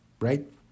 right